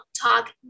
talk